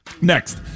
Next